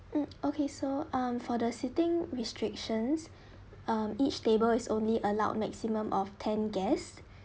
mm okay so um for the sitting restrictions um each table is only allowed maximum of ten guests